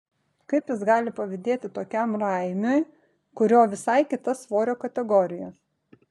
kaip jis gali pavydėti tokiam raimiui kurio visai kita svorio kategorija